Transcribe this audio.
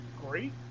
great